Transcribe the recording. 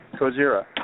Kozira